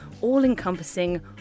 all-encompassing